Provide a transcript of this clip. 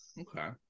okay